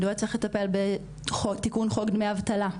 מדוע צריך לטפל בתיקון חוק דמי אבטלה?